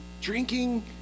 drinking